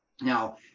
Now